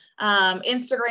Instagram